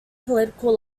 political